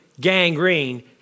gangrene